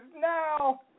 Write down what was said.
now